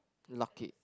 lock it